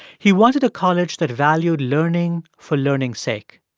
he wanted a college that valued learning for learning's sake,